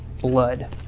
blood